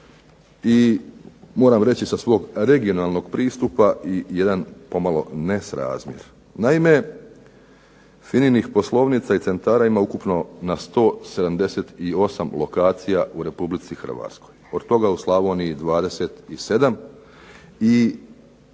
moram reći sa svog regionalnog pristupa, i jedan pomalo nesramjer. Naime, FINA-inih poslovnica i centara ima ukupno na 178 lokacija u Republici Hrvatskoj, od toga u Slavoniji 27 i